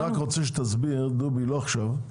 דובי, אני רוצה שתסביר, לא עכשיו.